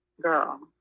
Girl